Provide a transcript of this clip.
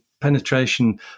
penetration